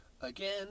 Again